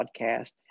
podcast